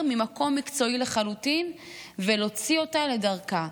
ממקום מקצועי לחלוטין ולהוציא אותה לדרכה,